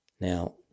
Now